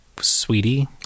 Sweetie